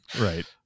Right